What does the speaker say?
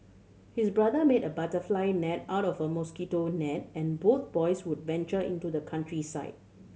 his brother made a butterfly net out of a mosquito net and both boys would venture into the countryside